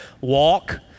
Walk